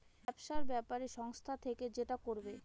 ব্যবসার ব্যাপারে সংস্থা থেকে যেটা করবে